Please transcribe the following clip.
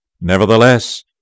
Nevertheless